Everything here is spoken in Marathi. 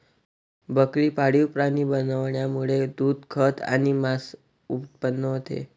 बकरी पाळीव प्राणी बनवण्यामुळे दूध, खत आणि मांस उत्पन्न होते